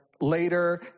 later